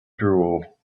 drool